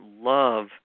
love